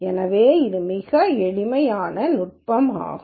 எனவே இது மிகவும் எளிமையான நுட்பமாகும்